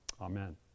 Amen